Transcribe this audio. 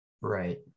Right